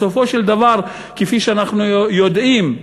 בסופו של דבר, כפי שאנחנו יודעים,